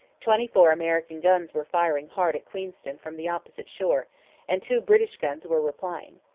twenty-four american guns were firing hard at queenston from the opposite shore and two british guns were replying.